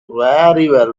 very